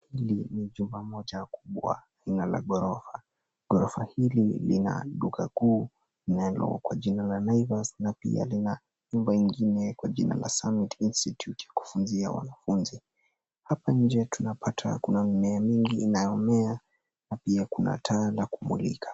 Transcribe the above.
Hili ni jumba moja kubwa aina la ghorofa. Ghorofa hili lina duka kuu linalowekwa jina la Naivas na pia lina nyumba ingine kwa jina la Summit Institute ya kufunzia wanafunzi. Hapa nje tunapata kuna mimea mingi inayomea na pia kuna taa la kumwagika.